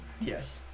yes